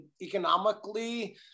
economically